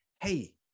hey